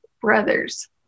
brothers